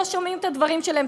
לא שומעים את הדברים שלהם.